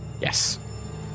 Yes